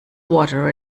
water